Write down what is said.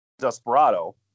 Desperado